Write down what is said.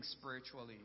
spiritually